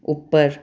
ਉੱਪਰ